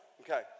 Okay